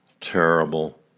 Terrible